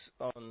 on